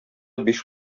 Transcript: биш